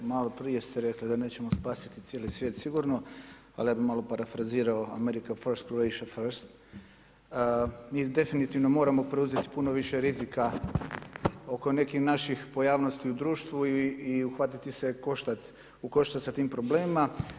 Malo prije ste rekli da nećemo spasiti cijeli svijet sigurno, ali ja bi malo parafrizirao „America first, Croatia first.“ Mi definitivno moramo preuzeti puno više rizika oko nekih naših pojavnosti u društvu i uhvatiti se u koštac sa tim problemima.